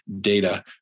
data